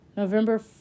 November